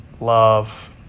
love